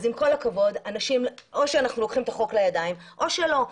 אז עם כל הכבוד או שאנחנו לוקחים את החוק לידיים או שלא.